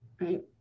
right